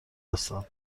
هستند